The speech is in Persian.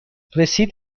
رسید